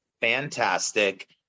fantastic